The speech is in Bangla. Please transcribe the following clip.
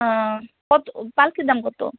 ও কত পালকির দাম কত